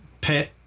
pet